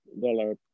dollar